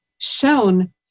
shown